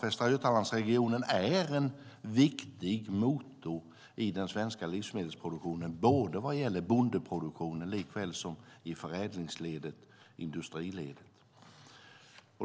Västra Götalandsregionen är en viktig motor i den svenska livsmedelsproduktionen både vad gäller bondeproduktionen och förädlingsledet, industriledet.